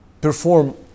perform